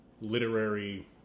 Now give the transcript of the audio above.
literary